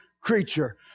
creature